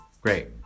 great